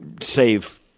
save